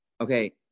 okay